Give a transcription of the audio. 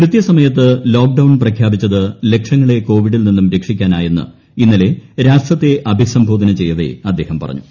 കൃത്യസമയത്ത് lockdown പ്രഖ്യാപിച്ചത് ലക്ഷങ്ങളെ കോവിഡിൽ നിന്നും രക്ഷിക്കാനായെന്ന് ഇന്നലെ രാഷ്ട്രത്തെ അഭിസംബോധന ചെയ്യവെ അദ്ദേഹം പറഞ്ഞു